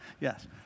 Yes